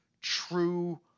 true –